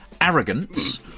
arrogance